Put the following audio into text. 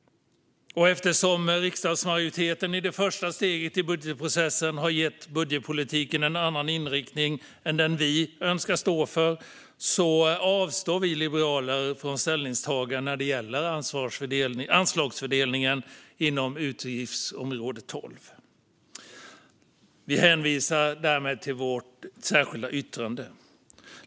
Eftersom riksdagsmajoriteten i det första steget av budgetprocessen har gett budgetpolitiken en annan inriktning än den vi önskar stå för avstår vi liberaler från ställningstagande när det gäller anslagsfördelningen inom utgiftsområde 12. Vi hänvisar i stället till vårt särskilda yttrande.